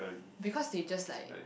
because they just like